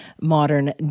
modern